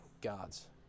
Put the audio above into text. God's